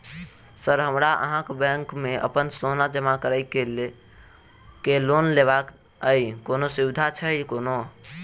Sir हमरा अहाँक bank मे अप्पन सोना जमा करि केँ लोन लेबाक अई कोनो सुविधा छैय कोनो?